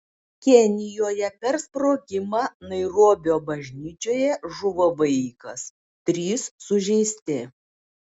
kenijoje per sprogimą nairobio bažnyčioje žuvo vaikas trys sužeisti